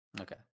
Okay